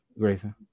Grayson